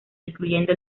incluyendo